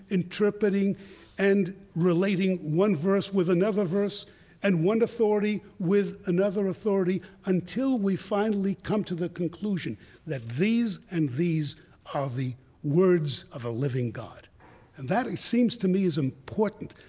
interpreting and relating one verse with another verse and one authority with another authority until we finally come to the conclusion that these and these are ah the words of a living god. and that, it seems to me, is important,